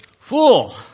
fool